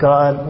God